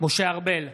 משה ארבל,